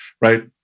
right